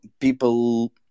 people